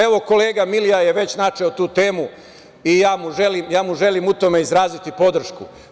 Evo, kolega Milija je već načeo tu temu i ja mu želim u tome izraziti podršku.